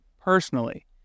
personally